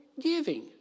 giving